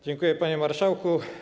Dziękuję, panie marszałku.